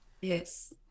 Yes